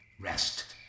Rest